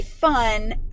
fun